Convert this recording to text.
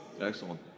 Excellent